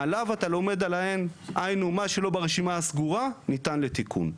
מעליו אתה לומד עליהן היינו מה שלא ברשימה הסגורה ניתן לתיקון.